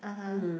(uh huh)